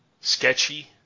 sketchy